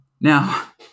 Now